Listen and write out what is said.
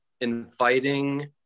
inviting